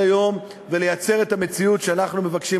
היום ולייצר את המציאות שאנחנו מבקשים,